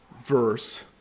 verse